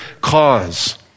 cause